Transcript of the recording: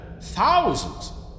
thousands